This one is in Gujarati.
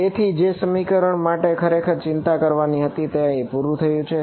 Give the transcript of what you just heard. તેથી જે સમીકરણ ની મારે ખરેખર ચિંતા કરવાની હતી તે અહીં પૂરું થયું છે